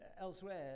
elsewhere